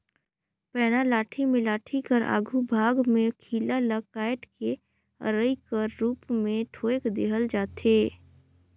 पैना लाठी मे लाठी कर आघु भाग मे खीला ल काएट के अरई कर रूप मे ठोएक देहल जाथे